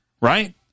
right